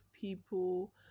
people